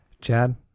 Chad